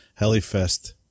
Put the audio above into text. Helifest